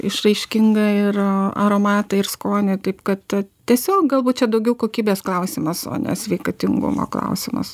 išraiškingą ir aromatą ir skonį taip kad tiesiog galbūt čia daugiau kokybės klausimas o ne sveikatingumo klausimas taip